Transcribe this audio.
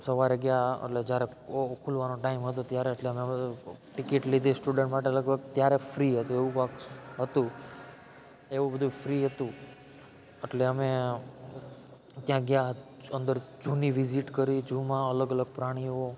સવારે ગયા એટલે જારે ખુલવાનો ટાઇમ હતો ત્યારે એટલે અમે ટિકિટ લીધી સ્ટુડન્ટ માટે લગભગ ત્યારે ફ્રી હતી એવું પક્ષ હતું એવું બધું ફ્રી હતું એટલે અમે ત્યાં ગયા અંદર ઝૂની વિઝિટ કરી ઝૂમાં અલગ અલગ પ્રાણીઓ